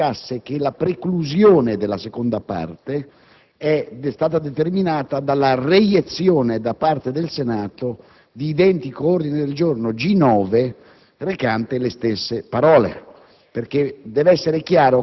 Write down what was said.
io chiederei che si specificasse che la preclusione della seconda parte è stata determinata dalla reiezione da parte del Senato di identico ordine del giorno G9, recante le stesse parole.